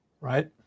right